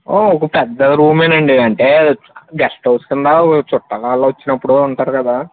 ఓ ఒక పెద్ద రూమే నండి అంటే గెస్ట్ హౌస్ కింద చుట్టాల వాళ్ళు వచ్చినప్పుడు ఉంటారు కదా